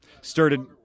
started